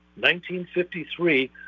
1953